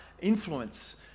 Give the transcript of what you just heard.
influence